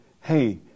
hey